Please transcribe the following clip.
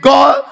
God